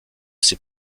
ses